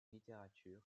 littérature